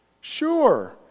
Sure